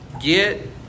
get